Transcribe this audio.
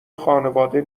خانواده